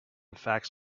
fax